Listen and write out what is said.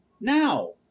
now